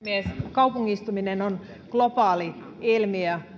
kaupungistuminen on globaali ilmiö